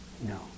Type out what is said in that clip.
No